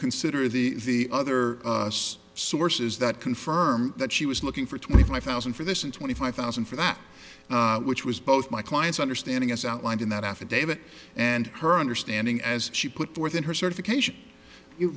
consider the other us sources that confirm that she was looking for twenty five thousand for this and twenty five thousand for that which was both my client's understanding as outlined in that affidavit and her understanding as she put forth in her certification